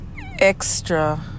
extra